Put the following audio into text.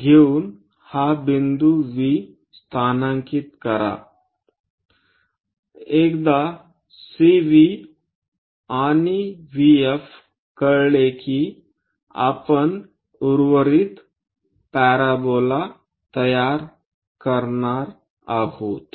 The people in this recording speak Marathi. घेऊन हा बिंदू V स्थानांकित करा जेव्हा एकदा CV VF कळले की आपण उर्वरित पॅराबोला तयार करणार आहोत